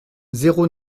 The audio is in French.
zéro